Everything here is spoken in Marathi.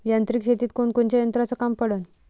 यांत्रिक शेतीत कोनकोनच्या यंत्राचं काम पडन?